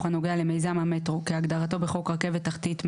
הנוגע למיזם המטרו כשהגדרתו בחוק הרכבת התחתית (מטרו),